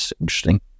interesting